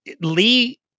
Lee